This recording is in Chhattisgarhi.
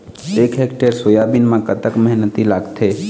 एक हेक्टेयर सोयाबीन म कतक मेहनती लागथे?